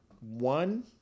one